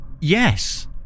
Yes